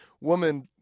woman